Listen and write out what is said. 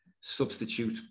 substitute